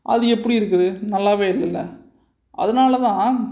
அது எப்படி இருக்குது நல்லா இல்லல அதனால தான்